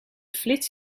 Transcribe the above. flits